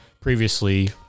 previously